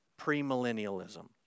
premillennialism